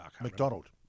McDonald